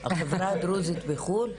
החברה הדרוזית בחוץ לארץ?